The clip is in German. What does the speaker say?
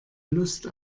lust